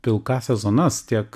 pilkąsias zonas tiek